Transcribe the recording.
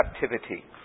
captivity